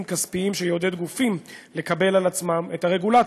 כספיים שיעודד גופים לקבל על עצמם את הרגולציה.